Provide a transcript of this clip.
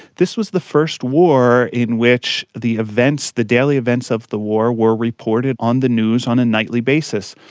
this was the first war in which the events, the daily events of the war were reported on the news on a nightly basis.